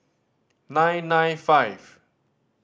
nine nine five